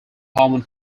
hormone